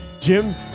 Jim